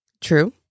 True